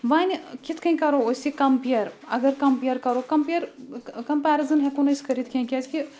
وَنہِ کِتھ کٔنۍ کَرو أسۍ یہِ کَمپِیَر اَگر کَمپِیَر کَرو کَمپِیَر کَمپیرِزَن ہٮ۪کو نہٕ أسۍ کٔرِتھ کیٚنٛہہ کیٛازِکہِ